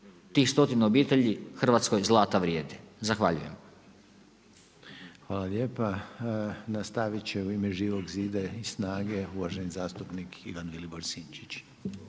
tih stotinu obitelji Hrvatskoj zlata vrijedi. Zahvaljujem. **Reiner, Željko (HDZ)** Hvala lijepa. Nastavit će u ime Živog zida i SNAGA-e uvaženi zastupnik Ivan Vilibor Sinčić.